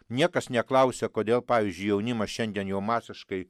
niekas neklausia kodėl pavyzdžiui jaunimas šiandien jau masiškai